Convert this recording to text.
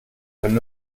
können